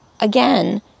Again